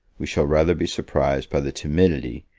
we shall rather be surprised by the timidity,